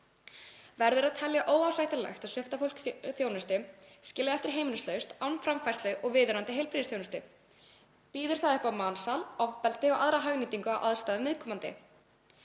Verður að telja óásættanlegt að svipta fólk þjónustu, skilja það eftir heimilislaust, án framfærslu og viðunandi heilbrigðisþjónustu. Býður það upp á mansal, ofbeldi og aðra hagnýtingu á aðstæðum viðkomandi.